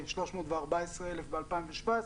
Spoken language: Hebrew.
המספרים הם מ-314,000 ב-2017,